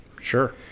Sure